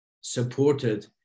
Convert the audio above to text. supported